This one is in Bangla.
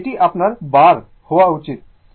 এবং এটি আপনার বার হওয়া উচিত